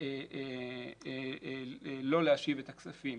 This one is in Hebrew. לא להשיב את הכספים